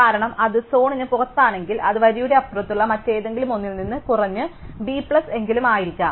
കാരണം അത് സോണിന് പുറത്താണെങ്കിൽ അത് വരിയുടെ അപ്പുറത്തുള്ള മറ്റെന്തെങ്കിലുമൊന്നിൽ നിന്ന് കുറഞ്ഞത് b പ്ലസ് എങ്കിലും ആയിരിക്കാം